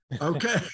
Okay